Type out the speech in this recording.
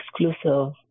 exclusive